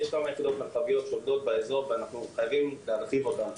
יש כמה יחידות מרחביות שעובדות באזור ואנחנו חייבים להרחיב אותן.